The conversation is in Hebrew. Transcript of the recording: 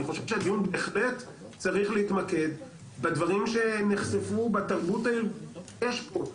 אני חושב שהדיון בהחלט צריך להתמקד בדברים שנחשפו בתרבות שיש פה,